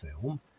film